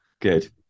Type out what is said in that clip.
Good